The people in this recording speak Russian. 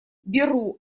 беру